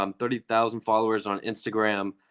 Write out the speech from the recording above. um thirty thousand followers on instagram.